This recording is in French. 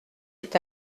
est